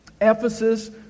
Ephesus